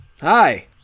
Hi